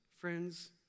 friends